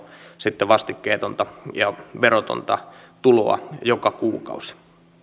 sitten vastikkeetonta ja verotonta tuloa joka kuukausi